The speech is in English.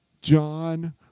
John